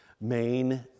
main